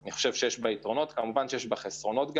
אני חושב שיש בה יתרונות רבים וכמובן שיש בה גם יתרונות.